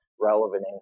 relevant